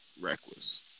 reckless